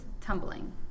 tumbling